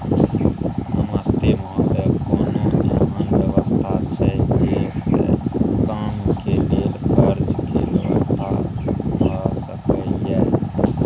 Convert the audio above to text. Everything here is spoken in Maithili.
नमस्ते महोदय, कोनो एहन व्यवस्था छै जे से कम के लेल कर्ज के व्यवस्था भ सके ये?